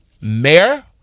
mayor